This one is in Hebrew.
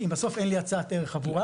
אם בסוף אין לי הצעת ערך עבורם.